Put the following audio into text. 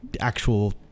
actual